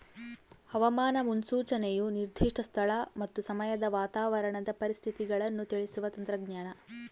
ಹವಾಮಾನ ಮುನ್ಸೂಚನೆಯು ನಿರ್ದಿಷ್ಟ ಸ್ಥಳ ಮತ್ತು ಸಮಯದ ವಾತಾವರಣದ ಪರಿಸ್ಥಿತಿಗಳನ್ನು ತಿಳಿಸುವ ತಂತ್ರಜ್ಞಾನ